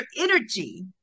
energy